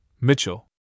Mitchell